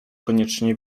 koniecznie